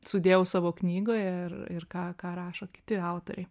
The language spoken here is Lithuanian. sudėjau savo knygoje ir ir ką ką rašo kiti autoriai